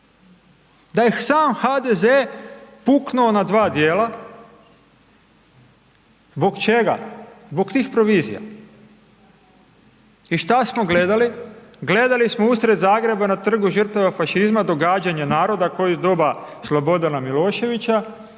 da je sam HDZ puknuo na dva djela zbog čega? zbog tih provizija. Gledali smo usred Zagreba na Trgu žrtava fašizma događanja naroda koji u doba Slobodana Miloševića